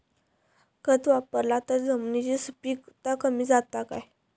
खत वापरला तर जमिनीची सुपीकता कमी जाता काय?